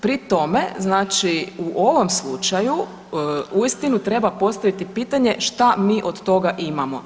Pri tome u ovom slučaju uistinu treba postaviti pitanje šta mi od toga imamo?